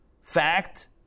fact